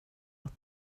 att